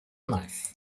knife